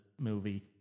movie